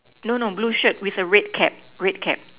no no blue shirt with a red cap red cap